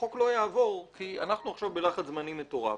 החוק לא יעבור כי אנחנו עכשיו בלחץ זמנים מטורף.